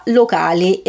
locali